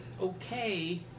okay